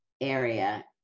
area